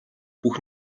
бүх